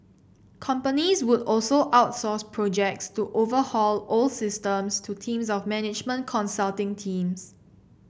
companies would also outsource projects to overhaul old systems to teams of management consulting teams